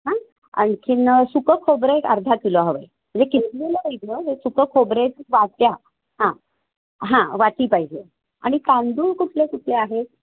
हां आणखीन सुकं खोबरं एक अर्धा किलो हवं आहे म्हणजे किसलेलं सुकं खोबरे वाट्या हां हां वाटी पाहिजे आणि तांदूळ कुठले कुठले आहेत